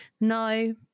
no